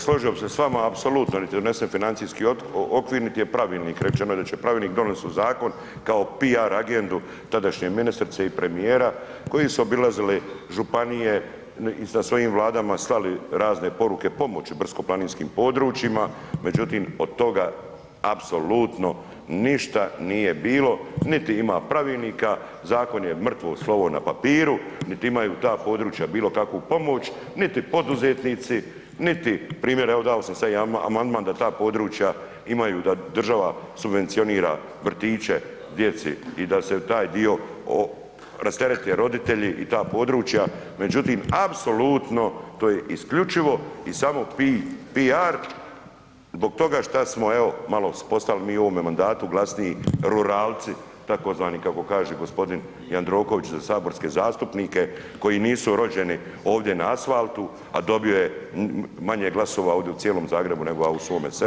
Složio bi se s vama apsolutno, niti je donesen financijski okvir, niti je pravilnik, rečeno je da će pravilnik donest u zakon kao piar agendu tadašnjem ministrici i premijera koji su obilazili županije i sa svojim Vladama slali razne poruke pomoći brdsko planinskim područjima, međutim od toga apsolutno ništa nije bilo, niti ima pravilnika, zakon je mrtvo slovo na papiru, niti imaju ta područja bilo kakvu pomoć, niti poduzetnici, niti, primjer evo dao sam sad jedan amandman da ta područja imaju, da država subvencionira vrtiće djeci i da se taj dio rastereti roditelji i ta područja, međutim apsolutno, to je isključivo i samo pi, piar zbog toga šta smo evo malo postali mi u ovome mandatu glasniji ruralci tzv. kako kaže g. Jandroković za saborske zastupnike koji nisu rođeni ovdje na asfaltu, a dobio je manje glasova ovdje u cijelom Zagrebu nego ja u svome selu [[Upadica: Hvala]] koji ima 300 ljudi.